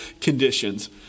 conditions